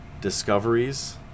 discoveries